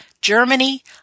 Germany